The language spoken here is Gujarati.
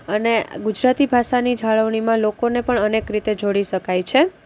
અને ગુજરાતી ભાષાની જાળવણીમાં લોકોને પણ અનેક રીતે જોડી શકાય છે